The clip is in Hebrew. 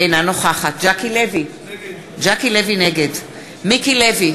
אינה נוכחת ז'קי לוי, נגד מיקי לוי,